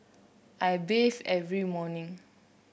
I bathe every morning